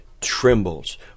trembles